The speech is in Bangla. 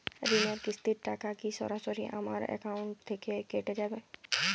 ঋণের কিস্তির টাকা কি সরাসরি আমার অ্যাকাউন্ট থেকে কেটে যাবে?